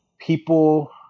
people